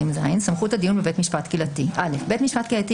220ז.סמכות הדיון בבית משפט קהילתי בית משפט קהילתי